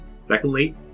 Secondly